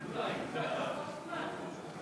הצעת חוק אמנת הבנק האסייני להשקעות בתשתיות,